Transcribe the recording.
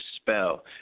spell